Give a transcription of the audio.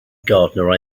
gardener